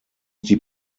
die